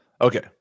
Okay